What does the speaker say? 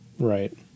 Right